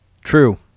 True